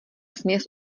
směs